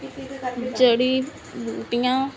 ਜੜ੍ਹੀ ਬੂਟੀਆਂ